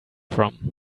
from